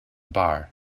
bar